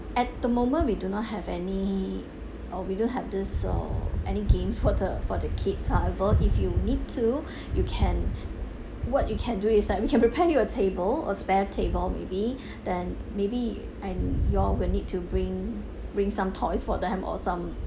at the moment we do not have any uh we don't have this uh any games for the for the kids however if you need to you can what you can do is like we can prepare you a table a spare table maybe then maybe and you all will need to bring bring some toys for them or some